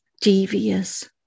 devious